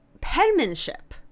penmanship